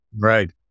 Right